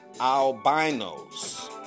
Albinos